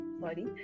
Sorry